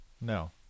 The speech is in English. No